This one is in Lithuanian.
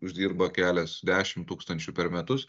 uždirba keliasdešim tūkstančių per metus